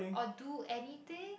or do anything